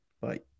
bye